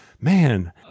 man